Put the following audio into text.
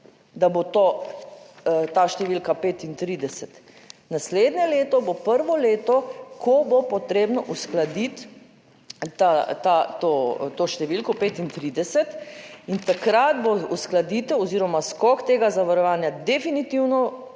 da bo to ta številka 35? Naslednje leto bo prvo leto, ko bo potrebno uskladiti to številko 35 in takrat bo uskladitev oziroma skok tega zavarovanja definitivno